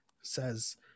says